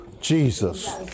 Jesus